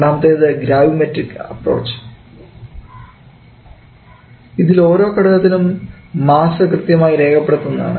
രണ്ടാമത്തേത് gravimetric approach ഇതിൽ ഓരോ ഘടകത്തിനും മാസ്സ് കൃത്യമായി രേഖപ്പെടുത്തുന്നതാണ്